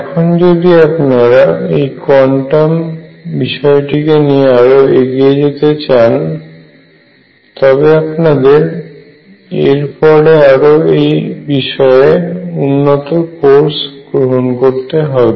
এখন যদি আপনারা এই কোয়ান্টাম বিষয়টিকে নিয়ে আরো এগিয়ে যেতে চান তবে আপনাদের এর পরে আরো এই বিষয়ে উন্নত কোর্স গ্রহণ করতে হবে